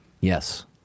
Yes